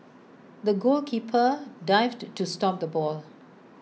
the goalkeeper dived to to stop the ball